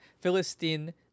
Philistine